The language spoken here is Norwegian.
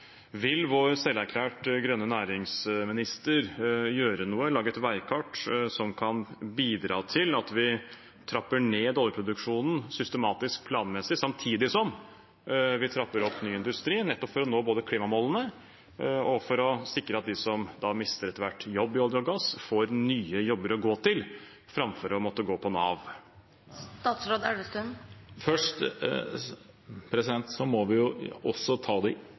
Vil vår selverklærte grønne næringsminister gjøre noe – lage et veikart – som kan bidra til at vi trapper ned oljeproduksjonen, systematisk og planmessig, samtidig som vi trapper opp ny industri, nettopp for både å nå klimamålene og sikre at de som etter hvert mister jobben sin i olje- og gassnæringen, får nye jobber å gå til, framfor å måtte gå på Nav? Dette er et internasjonalt problem, og vi må